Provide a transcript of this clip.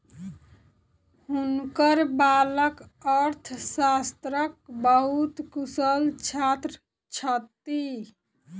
हुनकर बालक अर्थशास्त्रक बहुत कुशल छात्र छथि